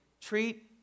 treat